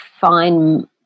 find